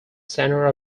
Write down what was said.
centre